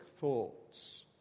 thoughts